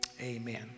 amen